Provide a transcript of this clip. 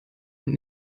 und